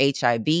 HIV